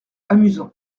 amusant